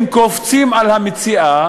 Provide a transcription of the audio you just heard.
הם קופצים על המציאה,